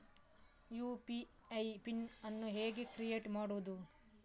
UPI PIN ಅನ್ನು ಹೇಗೆ create ಮಾಡುದು?